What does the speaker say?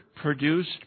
produced